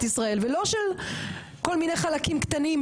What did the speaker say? ישראל ולא של כל מיני חלקים קטנים,